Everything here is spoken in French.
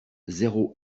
zéro